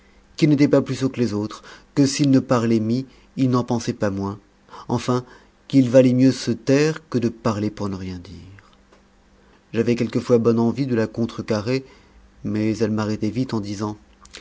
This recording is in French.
qu'il n'était pas plus sot que les autres que s'il ne parlait mie il n'en pensait pas moins enfin qu'il valait mieux se taire que de parler pour ne rien dire j'avais quelquefois bonne envie de la contrecarrer mais elle m'arrêtait vite en disant